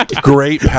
Great